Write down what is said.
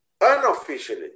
Unofficially